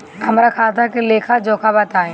हमरा खाता के लेखा जोखा बताई?